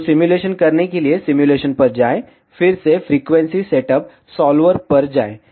तो सिमुलेशन करने के लिए सिमुलेशन पर जाएं फिर से फ्रीक्वेंसी सेटअप सॉल्वर पर जाएं